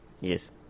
Yes